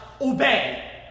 obey